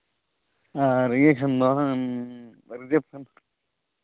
ᱟᱨ ᱤᱭᱟᱹ ᱠᱷᱟᱱ ᱫᱚ ᱨᱤᱡᱟᱹᱵᱷ ᱠᱷᱟᱱ